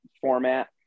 format